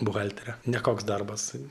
buhalterė nekoks darbas